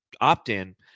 opt-in